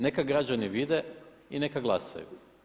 Neka građani vide i neka glasaju.